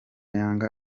yanga